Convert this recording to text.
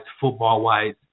football-wise